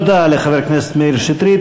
תודה לחבר הכנסת מאיר שטרית.